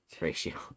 ratio